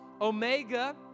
Omega